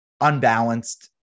unbalanced